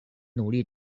努力